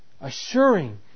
assuring